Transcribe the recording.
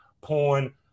porn